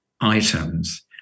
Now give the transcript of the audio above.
items